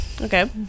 okay